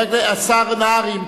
השר נהרי,